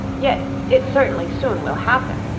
yet it certainly soon will happen.